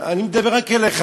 אני מדבר רק אליך,